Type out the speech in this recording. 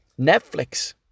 Netflix